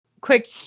quick